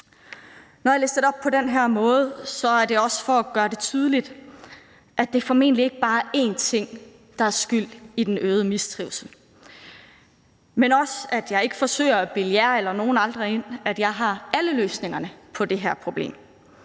Når jeg lister det op på den her måde, er det for at gøre det tydeligt, at det formentlig ikke bare er én ting, der er skyld i den øgede mistrivsel, men også, at jeg ikke forsøger at bilde jer eller nogen andre ind, at jeg har alle løsningerne på det her problem.